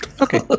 Okay